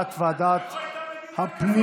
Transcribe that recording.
מישהו כאן מתייחס לאלימות שהייתה בירושלים היום,